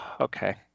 okay